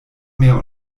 mehr